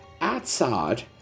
outside